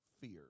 fear